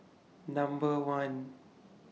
Number one